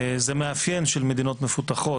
זה מאפיין של מדינות מפותחות,